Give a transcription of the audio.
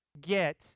get